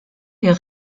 est